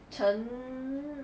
陈